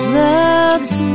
love's